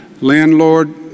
Landlord